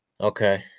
Okay